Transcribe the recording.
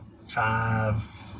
five